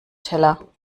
teller